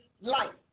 life